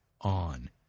on